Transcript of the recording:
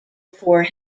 four